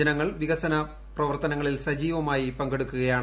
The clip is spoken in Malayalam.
ജനങ്ങൾ വികസന പ്രവർത്തനങ്ങളിൽ സജീവമായി പങ്കെടുക്കുകയാണ്